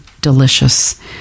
delicious